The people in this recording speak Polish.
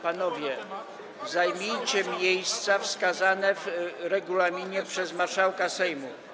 Panowie, zajmijcie miejsca wskazane w regulaminie przez marszałka Sejmu.